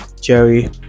jerry